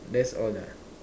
that's all ah